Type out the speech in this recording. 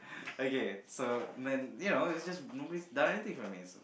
okay so then you know it's just nobody's done anything for me